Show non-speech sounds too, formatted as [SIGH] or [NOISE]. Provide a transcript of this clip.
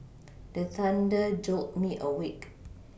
the thunder jolt me awake [NOISE]